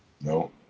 No